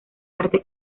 arte